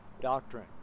doctrine